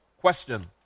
Question